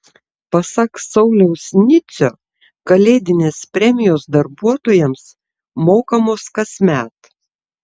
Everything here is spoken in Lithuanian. pasak sauliaus nicio kalėdinės premijos darbuotojams mokamos kasmet